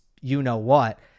you-know-what